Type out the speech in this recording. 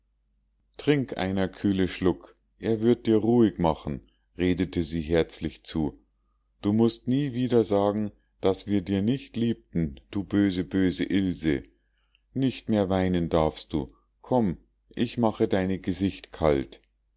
trink einer kühle schluck er wird dir ruhig machen redete sie herzlich zu du mußt nie wieder sagen daß wir dir nicht liebten du böse böse ilse nicht mehr weinen darfst du komm ich mache deine gesicht kalt